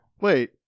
Wait